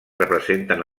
representen